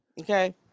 okay